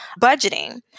budgeting